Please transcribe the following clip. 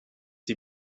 sie